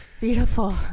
beautiful